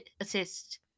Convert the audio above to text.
assist